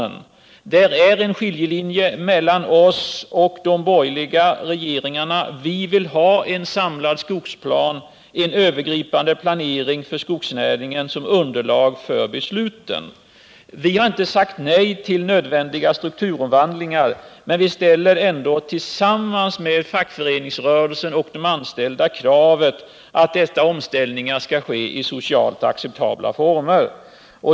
Det finns här en skiljelinje mellan oss och de borgerliga partierna. Vi vill ha en samlad skogsplan, en övergripande planering för skogsnäringen, som underlag för besluten. Vi har inte sagt nej till nödvändig strukturomvandling, men vi ställer ändå tillsammans med fackföreningsrörelsen och de anställda kravet att omställningarna skall ske i socialt acceptabla former.